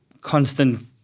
constant